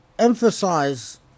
Emphasize